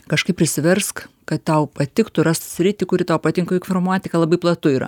kažkaip prisiversk kad tau patiktų rask sritį kuri tau patinka juk informatika labai platu yra